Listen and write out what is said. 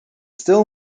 still